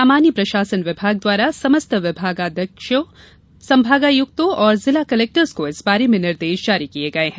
सामान्य प्रशासन विभाग द्वारा समस्त विभागाध्यक्षों संभागायुक्तों एवं जिला कलेक्टर्स को इस बारे में निर्देश जारी किये गये हैं